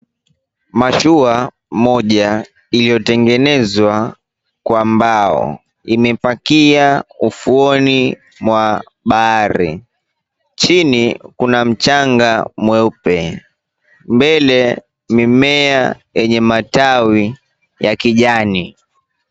Mashua moja iliyotengenezwa kwa mbao. Imepakia ufuoni wa bahari chini kuna mchanga mweupe. Mbele mimea yenye matawi ya kijani.